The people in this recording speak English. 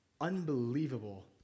unbelievable